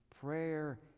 prayer